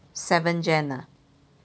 seven gen ah